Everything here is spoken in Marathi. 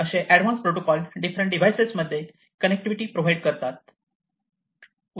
असे एडव्हान्स प्रोटोकॉल डिफरंट डिव्हाइसेस मध्ये कनेक्टिविटी प्रोव्हाइड करतात